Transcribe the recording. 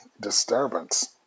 disturbance